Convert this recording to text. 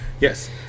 Yes